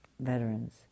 veterans